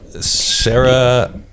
Sarah